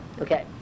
okay